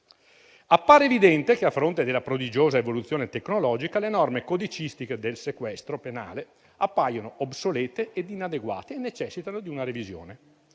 paragonabile. A fronte della prodigiosa evoluzione tecnologica, le norme codicistiche del sequestro penale appaiono obsolete ed inadeguate e necessitano di una revisione.